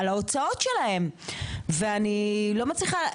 על ההוצאות שלהם ואני לא מצליחה להבין,